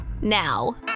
now